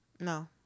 No